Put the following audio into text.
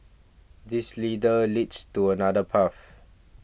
this leader leads to another path